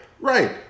Right